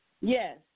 Yes